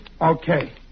Okay